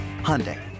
Hyundai